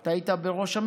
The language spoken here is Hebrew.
אתה היית בממשלה,